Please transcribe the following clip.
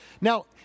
Now